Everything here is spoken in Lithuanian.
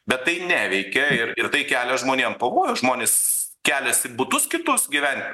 bet tai neveikia ir ir tai kelia žmonėm pavojų žmonės keliasi į butus kitus gyvent